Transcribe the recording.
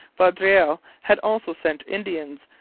vaudreuil had also sent indians,